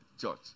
church